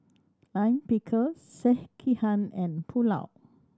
Lime Pickle Sekihan and Pulao